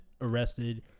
arrested